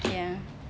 ya